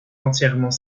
entièrement